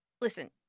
Listen